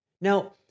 Now